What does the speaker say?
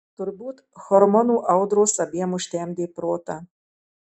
turbūt hormonų audros abiem užtemdė protą